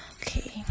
okay